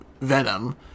Venom